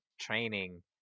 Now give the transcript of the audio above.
training